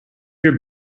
your